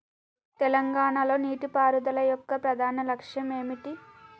తెలంగాణ లో నీటిపారుదల యొక్క ప్రధాన లక్ష్యం ఏమిటి?